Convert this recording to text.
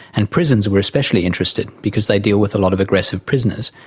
and prisons were especially interested because they deal with a lot of aggressive prisoners.